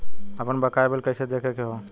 आपन बकाया बिल कइसे देखे के हौ?